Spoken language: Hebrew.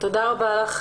תודה רבה לך.